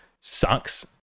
sucks